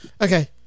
Okay